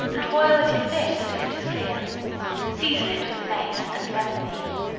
and boil it in this till it is clear season it with mace and lemon peel.